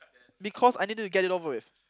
because I need to get it over with